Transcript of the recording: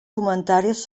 comentaris